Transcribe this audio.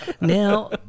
Now